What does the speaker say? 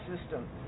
system